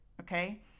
okay